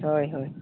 ᱦᱳᱭ ᱦᱳᱭ